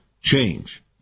change